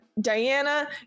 Diana